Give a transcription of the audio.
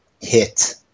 hit